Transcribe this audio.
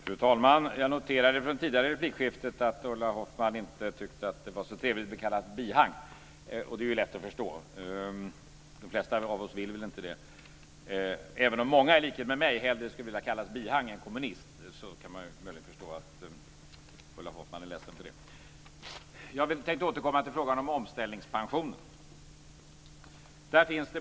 Fru talman! Jag noterade i det tidigare replikskiftet att Ulla Hoffmann inte tyckte att det var så trevligt att bli kallad bihang. Det är lätt att förstå. De flesta av oss vill väl inte det, även om många i likhet med mig hellre vill bli kallade bihang än kommunist. Men man kan förstå att Ulla Hoffmann är ledsen för detta. Jag tänkte återkomma till frågan om omställningspension.